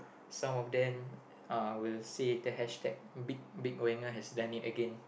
some of them uh will say the hashtag big big Wenger has done it again